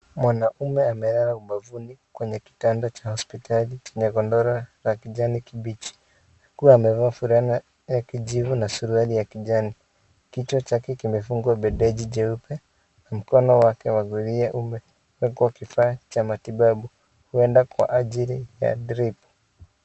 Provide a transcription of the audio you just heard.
Mwanaume amelala ubavuni kwenye kitanda cha hospitali chenye godoro la kijani kibichi akiwa na fulana ya kijivu na suruali ya kijani. Kichwa chake kimefungwa bendeji jeupe. Mkono wake wa kulia umewekwa kifaa cha matibabu huenda kwa ajili ya drip .